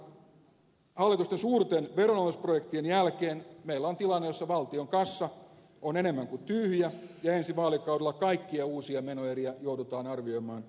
tosiasiassahan hallituksen suurten veronalennusprojektien jälkeen meillä on tilanne jossa valtion kassa on enemmän tyhjä ja ensi vaalikaudella kaikkia uusia menoeriä joudutaan arvioimaan kriittisesti